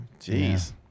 Jeez